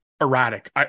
erratic